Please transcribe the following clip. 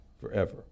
forever